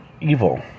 evil